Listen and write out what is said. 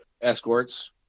escorts